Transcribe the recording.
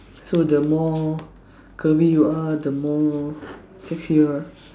so the more curvy you are the more sexier